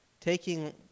taking